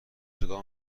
جدا